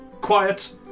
quiet